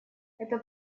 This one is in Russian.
это